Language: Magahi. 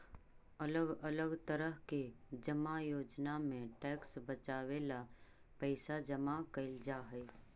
अलग अलग तरह के जमा योजना में टैक्स बचावे ला पैसा जमा कैल जा हई